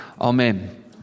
Amen